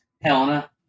Helena